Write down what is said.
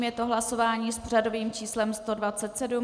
Je to hlasování s pořadovým číslem 127.